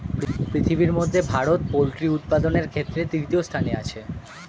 পৃথিবীর মধ্যে ভারত পোল্ট্রি উপাদানের ক্ষেত্রে তৃতীয় স্থানে আছে